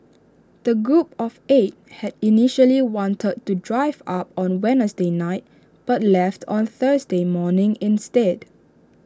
the group of eight had initially wanted to drive up on Wednesday night but left on Thursday morning instead